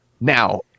now